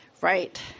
Right